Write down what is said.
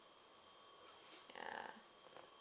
ya